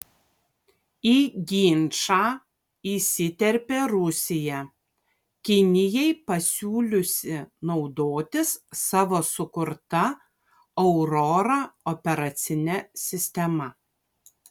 į ginčą įsiterpė rusija kinijai pasiūliusi naudotis savo sukurta aurora operacine sistema